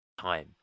time